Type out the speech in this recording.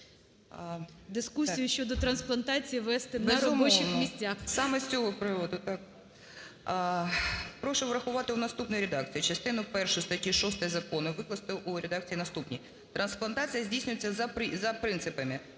дискусію щодо трансплантації вести на робочих місцях.